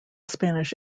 spanish